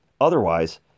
Otherwise